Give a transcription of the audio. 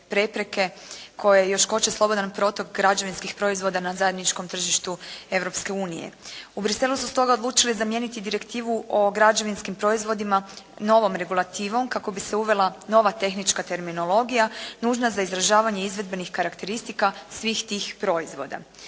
koje još koče slobodan protok građevinskih proizvoda na zajedničkom tržištu Europske unije. U Bruxellesu su stoga odlučili zamijeniti direktivu o građevinskim proizvodima novom regulativom kako bi se uvela nova tehnička terminologija nužna za izražavanje izvedbenih karakteristika svih tih proizvoda.